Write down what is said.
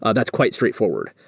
ah that's quite straightforward.